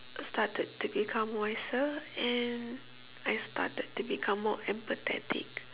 started to become wiser and I started to become more empathetic